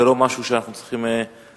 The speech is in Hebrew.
זה לא משהו שאנחנו צריכים לנתח.